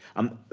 um,